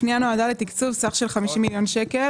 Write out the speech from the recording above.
הפנייה נועדה לתקצוב סך של 50 מיליון שקל